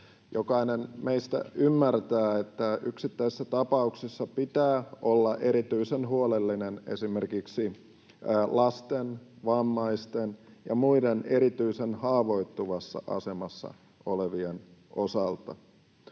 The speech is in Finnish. Jokainen meistä ymmärtää, että yksittäisissä tapauksissa pitää olla erityisen huolellinen esimerkiksi lasten, vammaisten ja muiden erityisen haavoittuvassa asemassa olevien osalta.